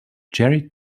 jerry